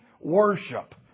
worship